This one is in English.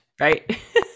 right